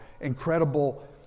incredible